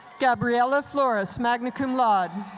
gabriela flores, magna cum laude.